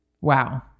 Wow